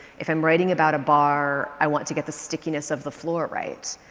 if i'm writing about a bar, i want to get the stickiness of the floor right.